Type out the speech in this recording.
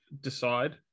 decide